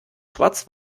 schwarz